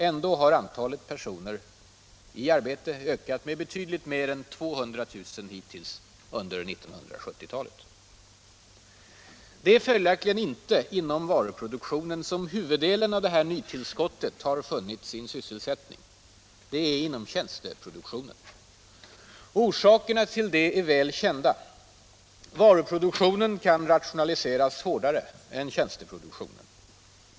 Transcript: Ändå har antalet personer i arbetskraften ökat med betydligt mer än 200 000 hittills under 1970-talet. Det är följaktligen inte inom varuproduktionen som huvuddelen av detta nytillskott har funnit sin sysselsättning. Det är inom tjänsteproduktionen. Orsakerna till det är väl kända. Varuproduktionen kan rationaliseras hårdare än tjänsteproduktionen.